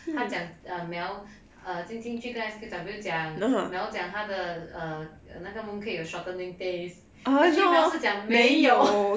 他讲 um mel err jing jing 去跟那个 S_Q_W 讲 mel 讲他的那个 mooncake 有 shortening taste actually mel 是讲没有